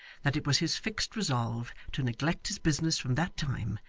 that it was his fixed resolve to neglect his business from that time,